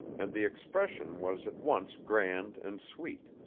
and the expression was at once grand and sweet,